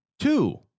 two